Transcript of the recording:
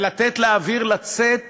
ולתת לאוויר לצאת